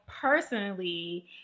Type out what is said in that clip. personally